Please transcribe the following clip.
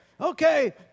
Okay